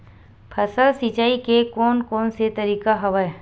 फसल सिंचाई के कोन कोन से तरीका हवय?